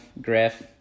Griff